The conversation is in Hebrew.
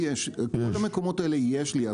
בכל המקומות האלה יש לי.